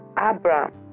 Abraham